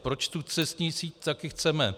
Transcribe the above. Proč tu cestní síť taky chceme?